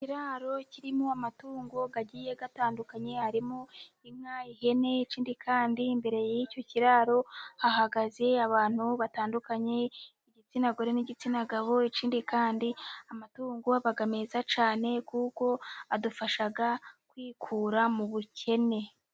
Ikiraro kirimo amatungo agiye atandukanye, harimo inka, ihene. Ikindi kandi, imbere y'icyo kiraro hahagaze abantu batandukanye, igitsina gore n'igitsina gabo. Ikindi kandi, amatungo aba meza cyane kuko adufasha kwikura mu bukene.